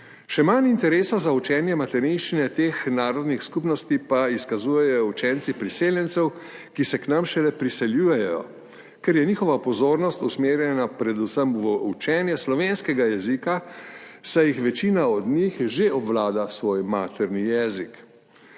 Še manj interesa za učenje materinščine teh narodnih skupnosti pa izkazujejo učenci priseljencev, ki se k nam šele priseljujejo, ker je njihova pozornost usmerjena predvsem v učenje slovenskega jezika, saj večina od njih že obvlada svoj materni jezik.